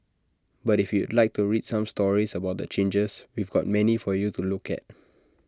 but if you'd like to read some stories about the changes we've got many for you to look at